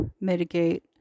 mitigate